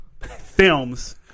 films